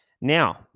Now